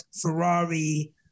Ferrari